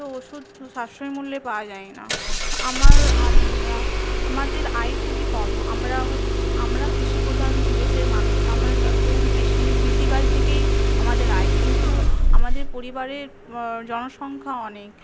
তো ওষুধ সাশ্রয় মূল্যে পাওয়া যায় না আমার আমাদের আয় খুবই কম আমরা হচ্ছে আমরা কৃষি প্রধান দেশের মানুষ আমরা যতটুকু কৃষি কৃষি কাজ থেকেই আমাদের আয় কিন্তু আমাদের পরিবারের জনসংখ্যা অনেক